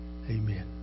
amen